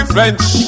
French